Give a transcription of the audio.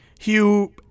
Hugh